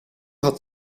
had